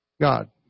God